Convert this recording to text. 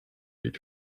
each